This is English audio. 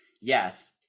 Yes